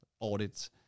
audits